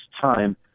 time